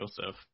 Joseph